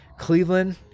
Cleveland